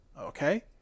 Okay